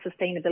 sustainability